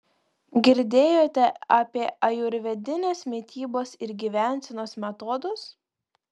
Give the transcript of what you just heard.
girdėjote apie ajurvedinės mitybos ir gyvensenos metodus